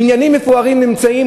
בניינים מפוארים נמצאים,